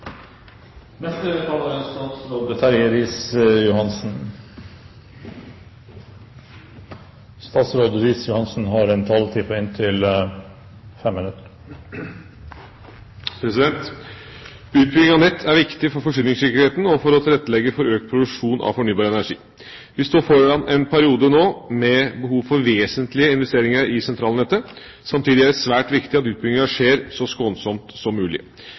Utbygging av nett er viktig for forsyningssikkerheten og for å tilrettelegge for økt produksjon av fornybar energi. Vi står foran en periode nå med behov for vesentlige investeringer i sentralnettet. Samtidig er det svært viktig at utbygginga skjer så skånsomt som mulig.